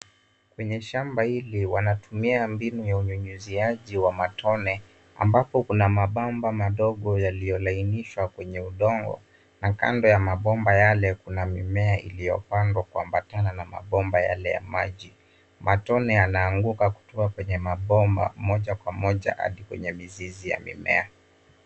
Kwenye shamba hili wanatumia mbinu ya unyunyuziaji wa matone ambapo kuna mabomba madogo yaliyolainishwa kwenye udongo na kando ya mabomba yale kuna mimea iliyopandwa kuambatana na mabomba yale ya maji. Matone yanaanguka kutoka kwenye mabomba moja kwa moja hadi kwenye mizizi ya mimea.